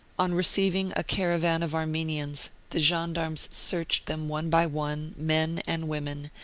on receiving a caravan of armenians the gendarmes searched them one by one, men and women,